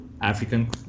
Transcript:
african